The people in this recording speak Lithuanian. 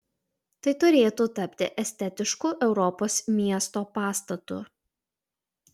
tai turėtų tapti estetišku europos miesto pastatu